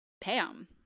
Pam